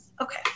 okay